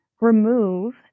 remove